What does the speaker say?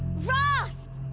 rost!